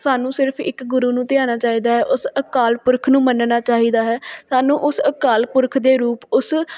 ਸਾਨੂੰ ਸਿਰਫ ਇੱਕ ਗੁਰੂ ਨੂੰ ਧਿਆਉਣਾ ਚਾਹੀਦਾ ਹੈ ਉਸ ਅਕਾਲ ਪੁਰਖ ਨੂੰ ਮੰਨਣਾ ਚਾਹੀਦਾ ਹੈ ਸਾਨੂੰ ਉਸ ਅਕਾਲ ਪੁਰਖ ਦੇ ਰੂਪ ਉਸ